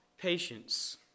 Patience